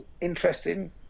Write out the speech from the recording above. interesting